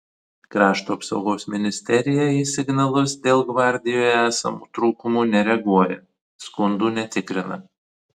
krašto apsaugos ministerija į signalus dėl gvardijoje esamų trūkumų nereaguoja skundų netikrina